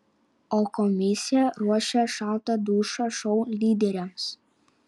o komisija ruošia šaltą dušą šou lyderiams